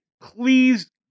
Please